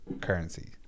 currency